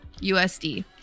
USD